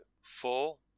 Four